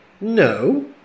No